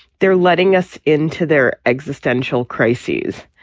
they're letting us into their existential crises.